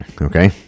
Okay